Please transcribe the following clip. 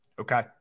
Okay